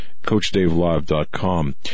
CoachDaveLive.com